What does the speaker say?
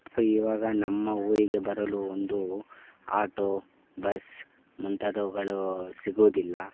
ಇವಾಗ ನಮ್ಮ ಊರಿಗೆ ಬರಲು ಒಂದು ಆಟೋ ಬಸ್ ಮುಂತಾದವುಗಳು ಸಿಗುವುದಿಲ್ಲ